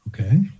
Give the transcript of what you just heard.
Okay